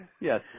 Yes